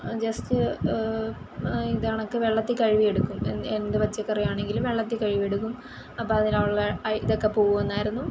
just ഇതേ കണക്ക് വെള്ളത്തിൽ കഴുകി എടുക്കും എന്ത് പച്ചക്കറി ആണെങ്കിലും വെള്ളത്തിൽ കഴുകി എടുക്കും അപ്പോൾ അതിലുള്ള ഇതൊക്കെ പോകുമെന്നായിരുന്നു